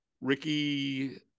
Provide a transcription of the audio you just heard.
Ricky